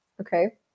okay